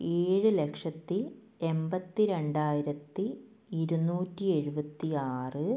ഏഴ് ലക്ഷത്തി എൺപത്തി രണ്ടായിരത്തി ഇരുനൂറ്റി എഴുപത്തി ആറ്